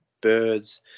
birds